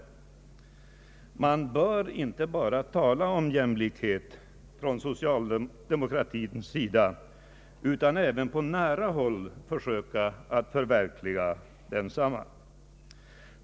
Socialdemokrater bör inte bara tala om jämlikhet utan även på nära håll försöka att förverkliga densamma.